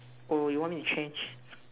or you want me to change